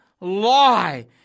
lie